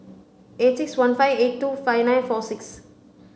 eight six one five eight two five nine four six